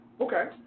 Okay